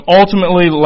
ultimately